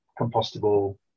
compostable